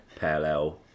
parallel